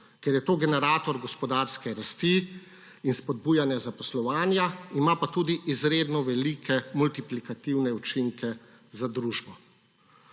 Ker je to generator gospodarske rasti in spodbujanje zaposlovanja, ima tudi izredno velike multiplikativne učinke za družbo.